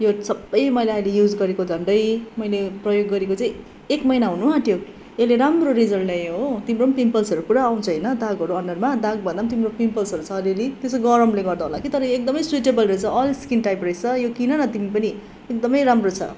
यो सबै मैले अहिले युज गरेको झन्डै मैले प्रयोग गरेको चाहिँ एक महिना हुनु आँट्यो यसले राम्रो रिजल्ट ल्यायो हो तिम्रो पिम्पल्सहरू पुरा आउँछ होइन दागहरू अनुहारमा दाग भन्दा तिम्रो पिम्पल्सहरू छ अलि अलि त्यो चाहिँ गरमले गर्दा होला कि तर यो एकदमै सुइटेबल रहेछ अल स्किन टाइप रहेछ यो किन न तिमी पनि एकदमै राम्रो छ